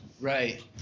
Right